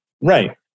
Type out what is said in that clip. Right